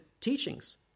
teachings